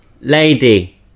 lady